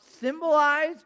symbolize